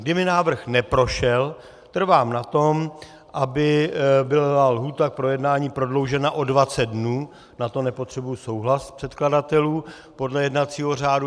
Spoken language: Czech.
Kdyby návrh neprošel, trvám na tom, aby byla lhůta k projednání prodloužena o 20 dnů, na to nepotřebuji souhlas předkladatelů podle jednacího řádu.